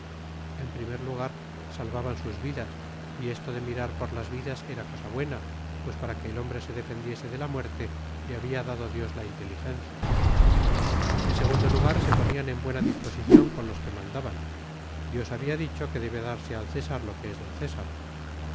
en primer lugar salvaban sus vidas y esto de mirar por las vidas era cosa buena pues para que el hombre se defendiese de la muerte le había dado dios la inteligencia en segundo lugar se ponían en buena disposición con los que mandaban dios había dicho que debe darse al césar lo que es del césar